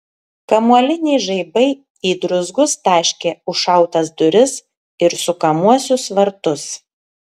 kamuoliniai žaibai į druzgus taškė užšautas duris ir sukamuosius vartus